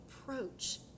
approach